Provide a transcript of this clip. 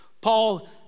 Paul